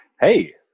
hey